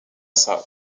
save